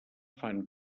fan